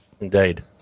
Indeed